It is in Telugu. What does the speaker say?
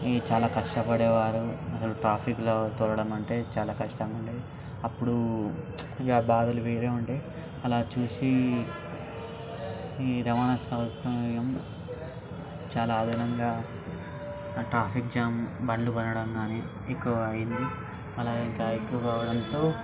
ఈ చాలా కష్టపడేవారు అస్సలు ట్రాఫిక్లో తోలడం అంటే చాలా కష్టంగా ఉండేది అప్పుడు ఇక బాధలు వేరే ఉంటాయి అలా చూసి ఈ రవాణా సౌకర్యం చాలా అదనంగా ఆ ట్రాఫిక్ జామ్ బండ్లు కొనడం కానీ ఎక్కువ అయ్యింది అలాగే ఎక్కువ కావడంతో